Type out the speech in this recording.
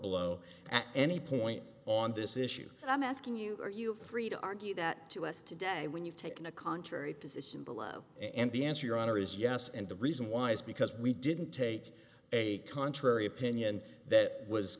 below at any point on this issue and i'm asking you are you free to argue that to us today when you've taken a contrary position below and the answer your honor is yes and the reason why is because we didn't take a contrary opinion that was